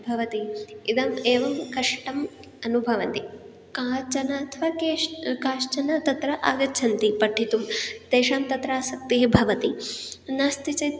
भवति इदम् एवं कष्टम् अनुभवन्ति काचन अथवा के काश्चन तत्र आगच्छन्ति पठितुं तेषां तत्र आसक्तिः भवति नास्ति चेत्